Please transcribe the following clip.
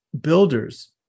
builders